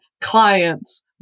clients